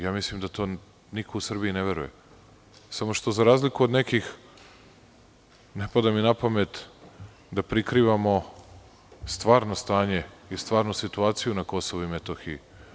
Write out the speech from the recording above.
Ja mislim da to niko u Srbiji ne veruje, samo što, za razliku od nekih, ne pada mi na pamet da prikrivamo stvarno stanje i stvarnu situaciju na Kosovu i Metohiji.